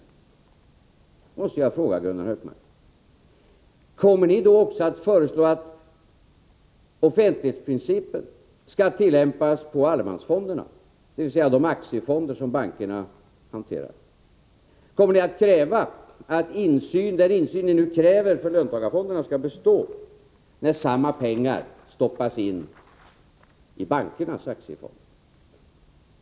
Jag måste då fråga Gunnar Hökmark: Kommer ni då att föreslå att offentlighetsprincipen skall tillämpas också på allemansfonderna, dvs. de aktiefonder som bankerna hanterade? Kommer ni att kräva att den insyn ni kräver för löntagarfonderna skall bestå när samma pengar stoppas in i bankernas aktiefonder?